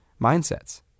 mindsets